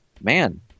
man